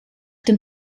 dem